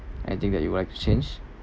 anything that you would like to change